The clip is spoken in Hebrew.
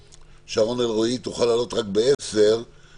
שרון אלרועי תוכל לעלות רק בשעה 10:00 בזום,